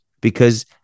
Because-